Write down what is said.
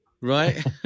right